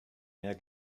mehr